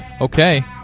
Okay